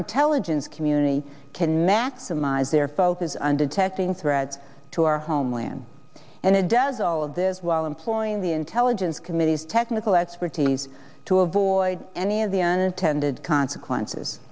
intelligence community can maximize their focus on detecting threats to our homeland and it does all of this while employing the intelligence committee's technical expertise to avoid any of the unintended consequences